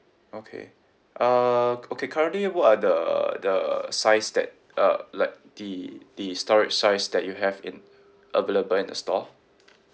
okay uh okay currently what are the the size that uh like the the storage size that you have in available in the store